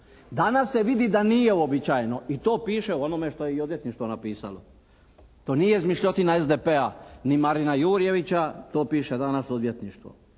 Danas se vidi da nije uobičajeno i to piše i u onome što je i Odvjetništvo napisalo. To nije izmišljotina SDP-a ni Marina Jurjevića, to piše danas Odvjetništvo.